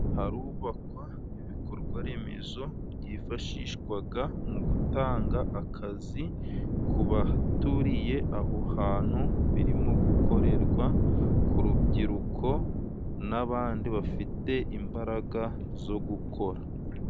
Harubakwa ibikorwa remezo byifashishwaga mu gutanga akazi ku baturiye aho hantu birimo gukorerwa ku rubyiruko n'abandi bafite imbaraga zo gukora.